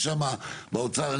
האוצר,